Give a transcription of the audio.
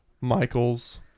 Michaels